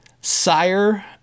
sire